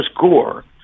Gore